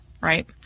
right